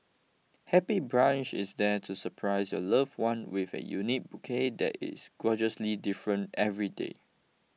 Happy Bunch is there to surprise your loved one with a unique bouquet that is gorgeously different every day